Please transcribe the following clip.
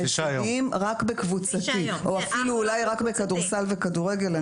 ההישגיים רק בקבוצתי או אפילו אולי רק בכדורסל וכדורגל.